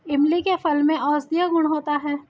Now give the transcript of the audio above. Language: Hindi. इमली के फल में औषधीय गुण होता है